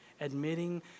Admitting